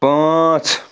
پانٛژھ